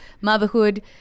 motherhood